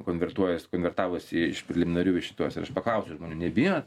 konvertuojas konvertavosi iš preliminarių į šituos ir aš paklausiau žmonių nebijot